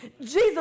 Jesus